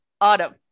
Autumn